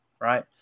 right